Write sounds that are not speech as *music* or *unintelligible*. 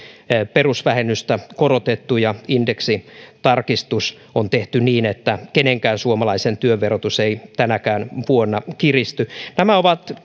perusvähennystä korotettu ja indeksitarkistus tehty niin että kenenkään suomalaisen työn verotus ei tänäkään vuonna kiristy nämä ovat *unintelligible*